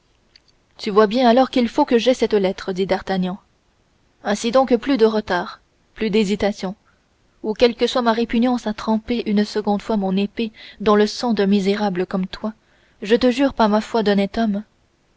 tu vois bien alors qu'il faut que j'aie cette lettre dit d'artagnan ainsi donc plus de retard plus d'hésitation ou quelle que soit ma répugnance à tremper une seconde fois mon épée dans le sang d'un misérable comme toi je le jure par ma foi d'honnête homme